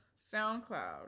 SoundCloud